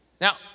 Now